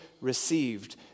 received